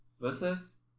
versus